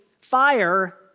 fire